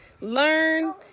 learn